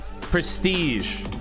prestige